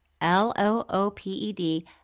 L-O-O-P-E-D